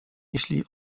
jeśli